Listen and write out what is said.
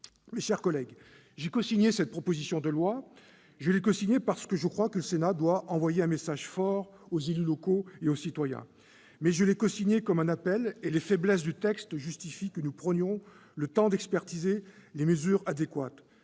Mes chers collègues, j'ai cosigné cette proposition de loi, parce que je crois que le Sénat doit envoyer un message fort aux élus locaux et aux citoyens. Cependant, je l'ai cosignée comme un appel, et les faiblesses du texte justifient que nous prenions le temps d'expertiser les mesures adéquates.